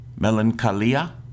Melancholia